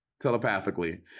telepathically